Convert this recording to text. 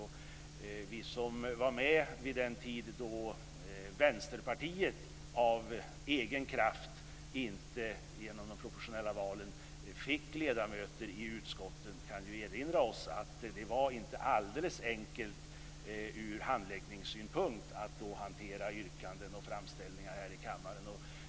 Vi som var med på den tid då Vänsterpartiet inte av egen kraft genom de proportionella valen fick ledamöter i utskotten kan erinra oss att det då inte var alldeles enkelt att hantera yrkanden och framställningar här i kammaren.